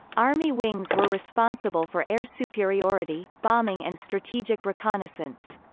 army wings were responsible for air superiority, bombing and strategic reconnaissance.